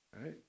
Right